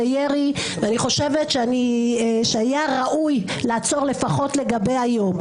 אני חושבת שהיה ראוי לעצור לפחות לגבי היום.